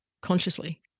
consciously